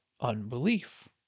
unbelief